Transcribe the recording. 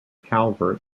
calvert